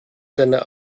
seiner